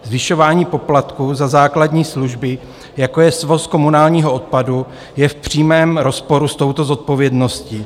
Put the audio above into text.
Zvyšování poplatku za základní služby, jako je svoz komunálního odpadu, je v přímém rozporu s touto zodpovědností.